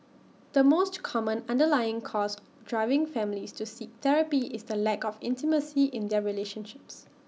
the most common underlying cause driving families to seek therapy is the lack of intimacy in their relationships